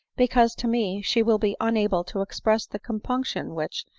because to me she will be unable to express the compunction which,